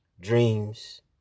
dreams